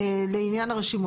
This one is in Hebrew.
לעניין הרשימות.